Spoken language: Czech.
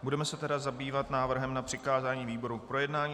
Budeme se tedy zabývat návrhem na přikázání výborům k projednání.